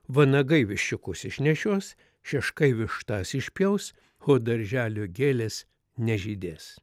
vanagai viščiukus išnešios šeškai vištas išpjaus o darželio gėlės nežydės